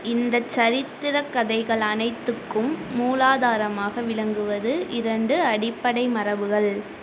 இந்தச் சரித்திரக் கதைகள் அனைத்துக்கும் மூலாதாரமாக விளங்குவது இரண்டு அடிப்படை மரபுகள்